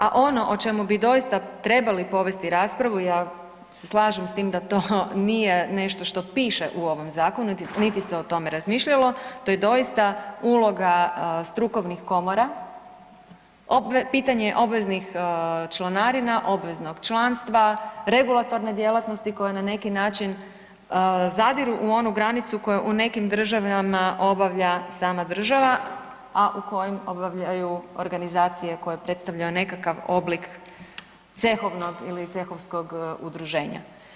A ono o čemu bi doista trebali povesti raspravu, ja se slažem s tim da to nije nešto što piše u ovom zakonu, niti se o tome razmišljalo, to je doista uloga strukovnih komora, pitanje obveznih članarina, obveznog članstva, regulatorne djelatnosti koje na neki način zadiru u onu granicu koja u nekim državama obavlja sama država, a u kojim obavljaju organizacije koje predstavljaju nekakav oblik cehovnog ili cehovskog udruženja.